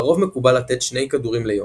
לרוב מקובל לתת שני כדורים ליום,